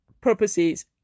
purposes